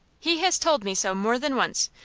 he has told me so more than once,